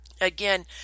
again